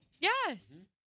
Yes